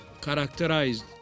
characterized